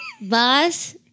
Boss